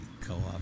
Co-op